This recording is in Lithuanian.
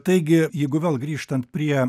taigi jeigu vėl grįžtant prie